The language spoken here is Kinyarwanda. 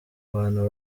bantu